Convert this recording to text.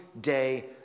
day